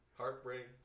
heartbreak